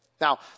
Now